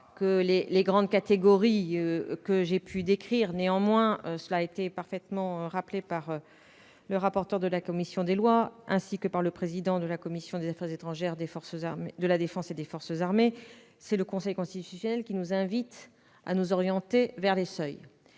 que les grandes catégories que j'ai pu décrire. Néanmoins, cela a été parfaitement rappelé par le rapporteur pour avis de la commission des lois, ainsi que par le président de la commission des affaires étrangères, de la défense et des forces armées, le Conseil constitutionnel, lui-même, nous invite à nous orienter vers les seuils.